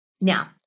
Now